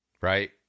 right